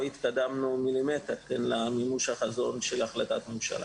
לא התקדמנו מ"מ למימוש החזון של החלטת הממשלה.